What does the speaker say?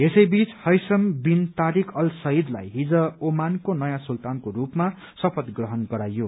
यसै बीच Haitham bin Tariq al सईदलाई हिज ओमानको नयाँ सुत्तानको स्पमा शपथ ग्रहण गराइयो